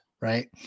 right